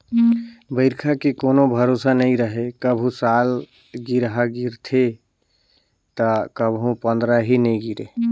बइरखा के कोनो भरोसा नइ रहें, कभू सालगिरह गिरथे त कभू पंदरही नइ गिरे